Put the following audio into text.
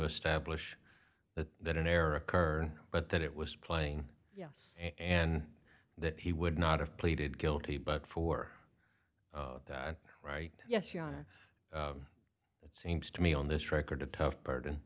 establish that that an error occurred but that it was plain yes and that he would not have pleaded guilty but for that right yes your honor it seems to me on this record a tough burden